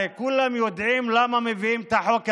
הרי כולם יודעים למה מביאים את החוק הזה,